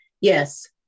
Yes